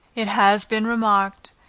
it has been remarked,